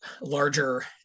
larger